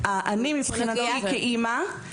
אני מבחינתי כאימא,